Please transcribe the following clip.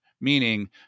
Meaning